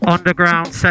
Underground